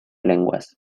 lenguas